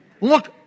Look